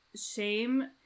shame